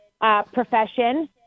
profession